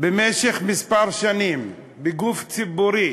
במשך כמה שנים בגוף ציבורי